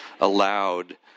allowed